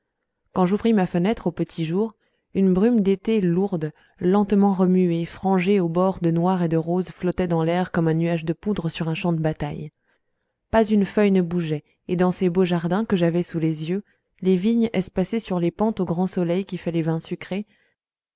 quand j'ouvris ma fenêtre au petit jour une brume d'été lourde lentement remuée frangée aux bords de noir et de rose flottait dans l'air comme un nuage de poudre sur un champ de bataille pas une feuille ne bougeait et dans ces beaux jardins que j'avais sous les yeux les vignes espacées sur les pentes au grand soleil qui fait les vins sucrés